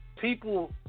people